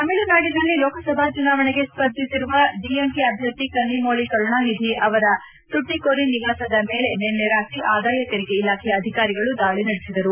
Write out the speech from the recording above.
ತಮಿಳುನಾಡಿನಲ್ಲಿ ಲೋಕಸಭಾ ಚುನಾವಣೆಗೆ ಸ್ಪರ್ಧಿಸಿರುವ ಡಿಎಂಕೆ ಅಭ್ವರ್ಥಿ ಕನ್ನಿಮೋಳ ಕರುಣಾನಿಧಿ ಅವರ ಟುಟ್ಟಿಕೋರಿನ್ ನಿವಾಸದ ಮೇಲೆ ನಿನ್ನೆ ರಾತ್ರಿ ಆದಾಯ ತೆರಿಗೆ ಇಲಾಖೆಯ ಅಧಿಕಾರಿಗಳು ದಾಳ ನಡೆಸಿದರು